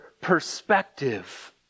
perspective